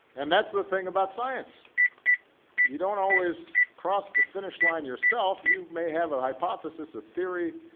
and that's the thing about science you don't always cross the finish line yourself. you may have a hypothesis, a theory,